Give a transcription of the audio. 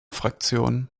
fraktion